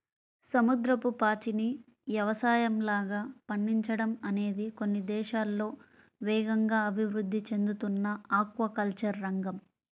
సముద్రపు పాచిని యవసాయంలాగా పండించడం అనేది కొన్ని దేశాల్లో వేగంగా అభివృద్ధి చెందుతున్న ఆక్వాకల్చర్ రంగం